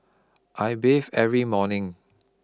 I bathe every morning